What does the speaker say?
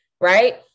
right